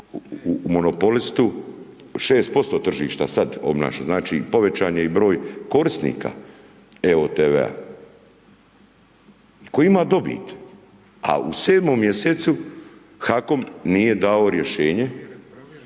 tv monopolistu, 6% tržišta sad obnaša, znači, povećan je i broj korisnika evo-tv-a. I tko ima dobit? A u 7.-mom mjesecu HAKOM nije dao rješenje